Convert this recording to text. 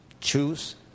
choose